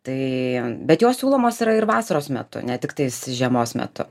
tai bet jos siūlomos yra ir vasaros metu ne tiktais žiemos metu